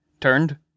turned